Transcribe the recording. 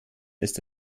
ist